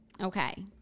Okay